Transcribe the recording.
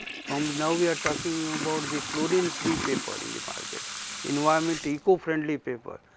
from now we are talking about the chlorine free paper in the market environment eco friendly paper.